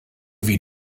wie